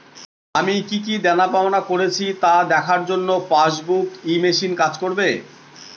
আমি কি কি দেনাপাওনা করেছি তা দেখার জন্য পাসবুক ই মেশিন কাজ করবে?